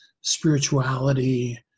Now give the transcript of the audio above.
spirituality